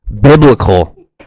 biblical